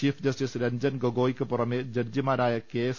chief justice Ranjan ഗൊഗോയിക്ക് പുറമെ ജഡ്ജിമാരായ എസ്